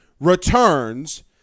returns –